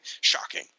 shocking